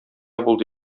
булды